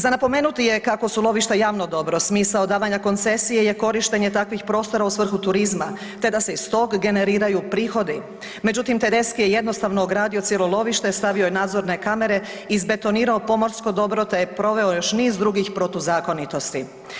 Za napomenuti je kako su lovišta javno dobro, smisao davanja koncesije je korištenje takvih prostora u svrhu turizma te da se iz tog generiraju prihodi međutim Tedeschi je jednostavno ogradio cijelo lovište, stavio je nadzorne kamere, izbetonirao pomorsko dobro te je proveo još niz drugih protuzakonitosti.